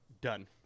Done